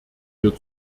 wir